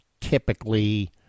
typically